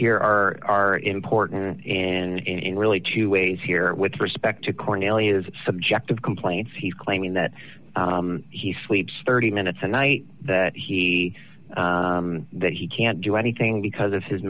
here are important in really two ways here with respect to cornelia's subjective complaints he's claiming that he sleeps thirty minutes a night that he that he can't do anything because of his